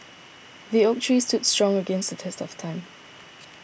the oak tree stood strong against the test of time